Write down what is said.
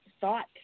thought